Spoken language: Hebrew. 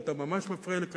ואתה ממש מפריע לי,